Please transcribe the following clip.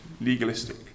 legalistic